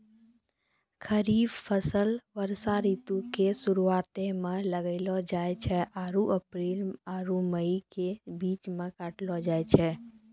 खरीफ फसल वर्षा ऋतु के शुरुआते मे लगैलो जाय छै आरु अप्रैल आरु मई के बीच मे काटलो जाय छै